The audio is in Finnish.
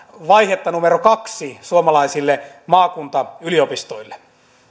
vaihetta numero kaksi suomalaisille maakuntayliopistoille